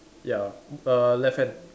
ya err left hand